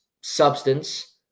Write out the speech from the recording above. Substance